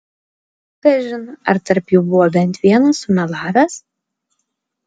kažin ar tarp jų buvo bent vienas sumelavęs